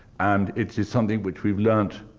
and it is something which we've learnt